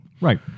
Right